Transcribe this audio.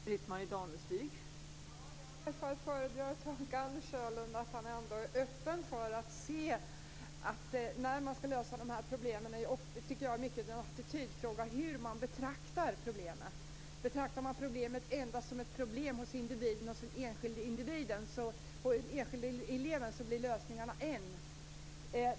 Fru talman! Jag föredrar att tolka Anders Sjölund som att han är öppen för att det mycket är en fråga om attityd hur man betraktar problemet. Betraktar man problemet endast som ett problem hos den enskilde eleven blir lösningen en.